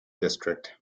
district